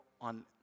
on